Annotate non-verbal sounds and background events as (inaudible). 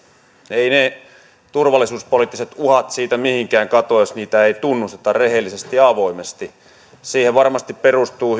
eivät ne turvallisuuspoliittiset uhat siitä mihinkään katoa jos niitä ei tunnusteta rehellisesti ja avoimesti siihen varmasti perustuu (unintelligible)